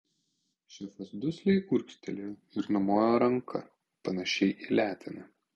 šefas dusliai urgztelėjo ir numojo ranka panašia į leteną